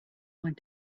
went